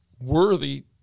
worthy